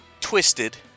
twisted